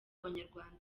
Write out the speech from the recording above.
abanyarwanda